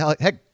heck